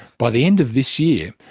by the end of this year,